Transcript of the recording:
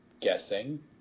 guessing